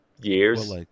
years